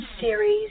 series